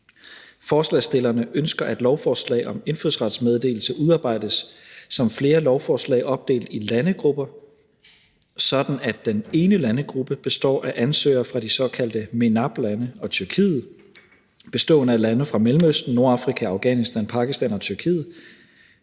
Forslagsstillerne ønsker, at lovforslag om indfødsretsmeddelelse udarbejdes som flere lovforslag opdelt i landegrupper. Den ene landegruppe består af ansøgere fra de såkaldte MENAPT-lande bestående af lande fra Mellemøsten, Nordafrika, Afghanistan, Pakistan og Tyrkiet.